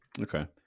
Okay